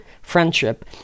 friendship